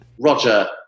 Roger